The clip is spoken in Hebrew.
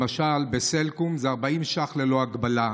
למשל בסלקום זה 40 ש"ח ללא הגבלה,